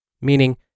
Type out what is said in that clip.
Meaning